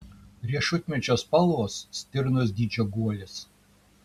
riešutmedžio spalvos stirnos dydžio guolis